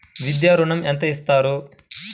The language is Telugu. విద్యా ఋణం ఎంత ఇస్తారు?